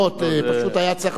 פשוט היה צריך להנחות.